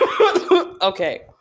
Okay